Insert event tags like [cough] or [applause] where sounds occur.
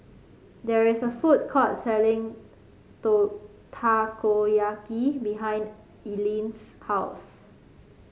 there is a food court selling [unintelligible] Takoyaki behind Ilene's house